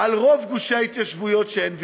על רוב גושי ההתיישבות שאין ויכוח.